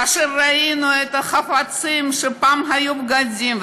כאשר ראינו את החפצים שפעם היו בגדים,